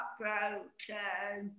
broken